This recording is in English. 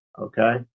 okay